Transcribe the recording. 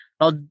Now